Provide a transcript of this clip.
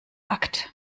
akt